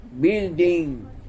building